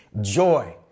joy